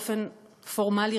באופן פורמלי,